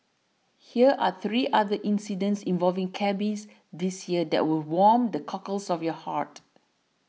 hear are three other incidents involving cabbies this year that will warm the cockles of your heart